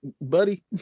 buddy